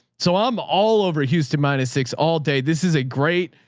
so i'm all over houston, minus six all day. this is a great,